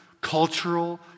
cultural